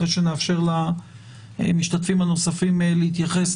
אחרי שנאפשר למשתתפים הנוספים להתייחס.